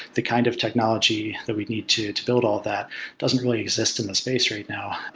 the kind of technology that we need to to build all that doesn't really exist in this space right now.